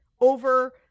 over